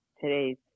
today's